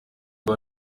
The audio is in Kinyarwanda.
ngo